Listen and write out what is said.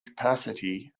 capacity